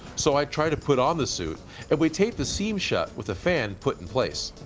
so i try to put on the suit and we tape the seam shut with the fan put in place.